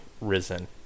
risen